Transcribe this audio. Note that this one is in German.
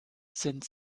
sind